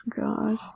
God